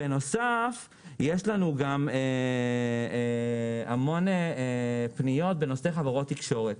בנוסף יש לנו גם המון פניות בנושא חברות תקשורת.